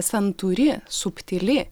santūri subtili